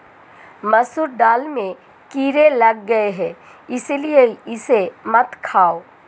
मसूर दाल में कीड़े लग गए है इसलिए इसे मत खाओ